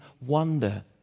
wonder